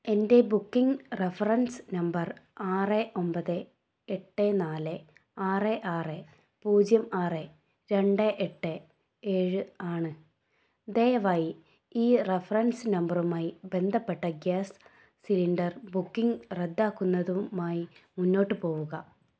എൻ്റെ booking reference number ആറ് ഒമ്പത് എട്ട് നാല് ആറ് ആറ് പൂജ്യം ആറ് രണ്ട് എട്ട് ഏഴ് ആണ് ദയവായി ഈ റെഫറൻസ് നമ്പറുമായി ബന്ധപ്പെട്ട ഗ്യാസ് സിലിണ്ടർ ബുക്കിംഗ് റദ്ദാക്കുന്നതുമായി മുന്നോട്ട് പോവുക